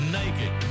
naked